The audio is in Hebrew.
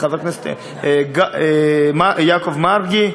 חבר הכנסת יעקב מרגי,